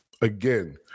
Again